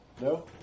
No